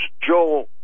Joel